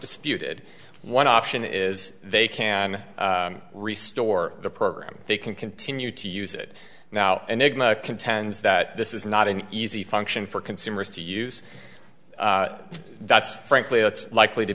disputed one option is they can restore the program they can continue to use it now and contends that this is not an easy function for consumers to use that's frankly it's likely to